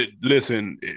listen